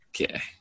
Okay